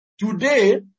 Today